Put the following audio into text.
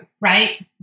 right